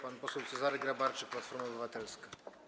Pan poseł Cezary Grabarczyk, Platforma Obywatelska.